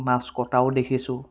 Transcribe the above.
মাছ কটাও দেখিছোঁ